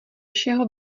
všeho